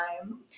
time